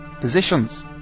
positions